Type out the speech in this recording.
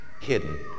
hidden